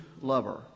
lover